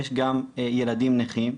יש גם ילדים נכים,